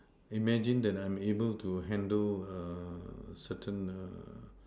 imagine that I am able to handle err certain err